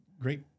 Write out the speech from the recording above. great